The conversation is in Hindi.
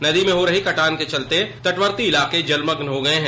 नदी में हो रही कटान के चलते तटवर्ती इलाके जलमग्न हो गये है